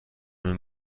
این